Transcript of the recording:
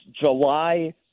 July